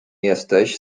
jesteś